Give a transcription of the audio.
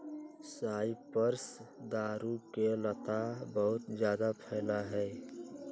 cypress दारू के लता बहुत जादा फैला हई